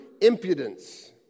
impudence